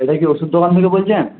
এটা কি ওষুধ দোকান থেকে বলছেন